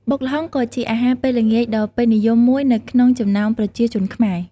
បុកល្ហុង ក៏ជាអាហារពេលល្ងាចដ៏ពេញនិយមមួយនៅក្នុងចំំំណោមប្រជាជនខ្មែរ។